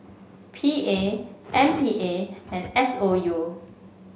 P A M P A and S O U